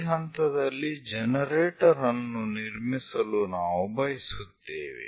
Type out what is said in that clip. ಈ ಹಂತದಲ್ಲಿ ಜನರೇಟರ್ ಅನ್ನು ನಿರ್ಮಿಸಲು ನಾವು ಬಯಸುತ್ತೇವೆ